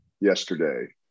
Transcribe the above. yesterday